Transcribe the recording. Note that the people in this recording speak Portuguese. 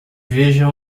veja